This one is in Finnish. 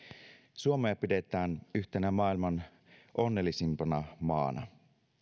suomea pidetään yhtenä maailman onnellisimpana maana